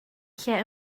lle